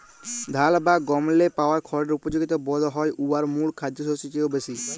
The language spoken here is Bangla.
ধাল বা গমেল্লে পাওয়া খড়ের উপযগিতা বধহয় উয়ার মূল খাদ্যশস্যের চাঁয়েও বেশি